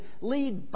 lead